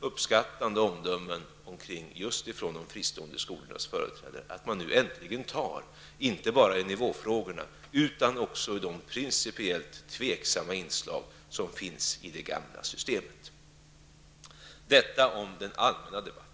uppskattande omdömen just från företrädare för de fristående skolorna. Man har uppskattat att vi nu tar tag i inte bara nivåfrågorna utan även i de principiellt tvivelaktiga inslag som finns i det gamla systemet. Detta om den allmänna debatten.